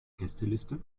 gästeliste